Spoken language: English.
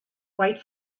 wait